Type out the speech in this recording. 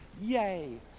Yay